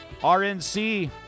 RNC